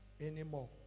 anymore